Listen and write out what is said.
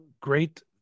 great